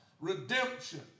Redemption